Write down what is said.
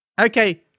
Okay